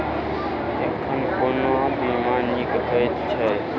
एखन कोना बीमा नीक हएत छै?